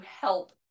help